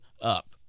up